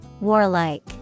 Warlike